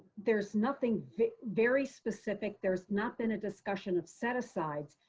there's nothing very specific. there's not been a discussion of set-asides,